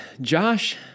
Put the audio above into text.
Josh